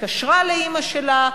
התקשרה לאמא שלה,